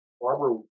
barber